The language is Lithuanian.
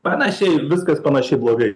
panašiai viskas panašiai blogai